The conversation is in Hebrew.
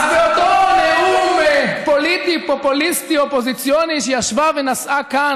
אז באותו נאום פוליטי פופוליסטי אופוזיציוני שישבה ונשאה כאן,